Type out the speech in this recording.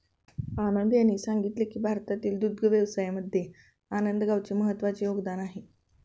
राकेश यांनी सांगितले की भारतातील दुग्ध व्यवसायामध्ये आनंद गावाचे महत्त्वाचे योगदान आहे